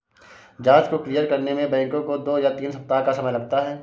जाँच को क्लियर करने में बैंकों को दो या तीन सप्ताह का समय लगता है